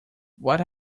what